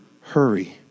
hurry